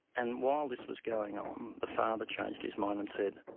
and while this was going on, the father changed his mind and said,